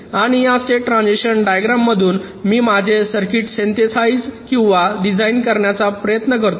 आणि या state transition diagram मधून मी माझे सर्किट सिंथेसाइझ किंवा डिझाइन करण्याचा प्रयत्न करतो